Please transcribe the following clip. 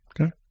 Okay